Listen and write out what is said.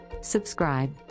Subscribe